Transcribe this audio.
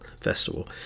festival